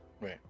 right